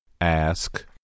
Ask